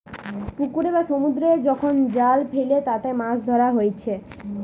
পুকুরে বা সমুদ্রে যখন জাল ফেলে তাতে মাছ ধরা হয়েটে